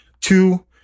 two